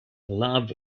love